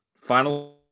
final